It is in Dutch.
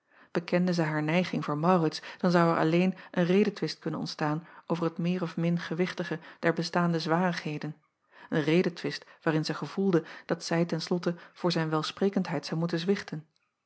bekende zij haar neiging voor aurits dan zou er alleen een redetwist kunnen ontstaan over het meer of min gewichtige der bestaande zwarigheden een redetwist waarin zij gevoelde dat zij ten slotte voor zijn welsprekendheid zou moeten zwichten